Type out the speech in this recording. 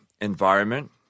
environment